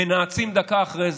מנאצים דקה אחרי זה.